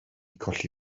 colli